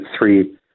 three